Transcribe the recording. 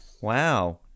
Wow